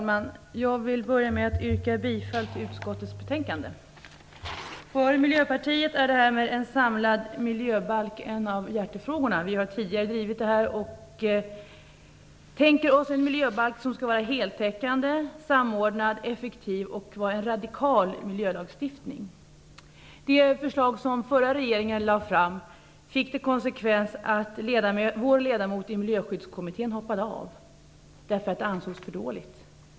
Herr talman! Jag börjar med att yrka bifall till hemställan i utskottets betänkande. För oss i Miljöpartiet är det här med en samlad miljöbalk en av våra hjärtefrågor. Vi har tidigare drivit detta och tänker oss en miljöbalk som är heltäckande, samordnad och effektiv. Dessutom skall det vara fråga om en radikal miljölagstiftning. Konsekvensen av det förslag som förra regeringen lade fram var att vår ledamot i Miljöskyddskommittén hoppade av, just därför att förslaget ansågs vara för dåligt.